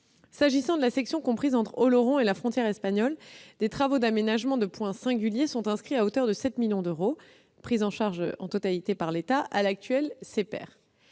S'agissant de la section comprise entre Oloron et la frontière espagnole, des travaux d'aménagement de points singuliers sont inscrits à l'actuel CPER à hauteur de 7 millions de francs, pris en charge en totalité par l'État. Les volets